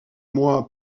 mois